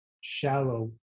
shallow